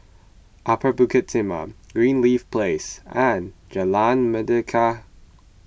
Upper Bukit Timah Greenleaf Place and Jalan Mendaki